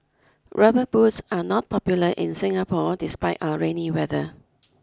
rubber boots are not popular in Singapore despite our rainy weather